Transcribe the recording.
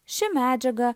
ši medžiaga